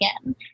again